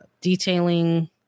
detailing